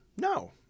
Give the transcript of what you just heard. no